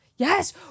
Yes